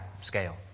scale